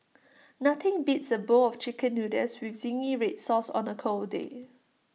nothing beats A bowl of Chicken Noodles with Zingy Red Sauce on A cold day